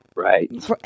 Right